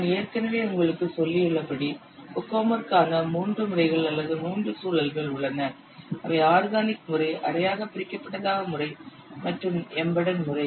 நான் ஏற்கனவே உங்களுக்குச் சொல்லியுள்ளபடி கோகோமோவிற்கான 3 முறைகள் அல்லது 3 சூழல்கள் உள்ளன அவை ஆர்கானிக் முறை அரையாக பிரிக்கப்பட்டதாக முறை மற்றும் எம்பெடெட் முறை